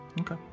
Okay